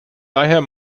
daher